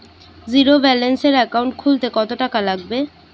জিরোব্যেলেন্সের একাউন্ট খুলতে কত টাকা লাগবে?